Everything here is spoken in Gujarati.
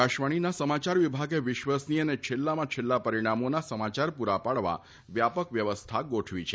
આકાશવાણીના સમાચાર વિભાગે વિશ્વસનીય અને છેલ્લામાં છેલ્લા પરિણામોના સમાચાર પૂરા પાડવા વ્યાપક વ્યવસ્થા ગોઠવી છે